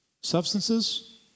substances